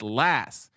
last